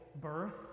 birth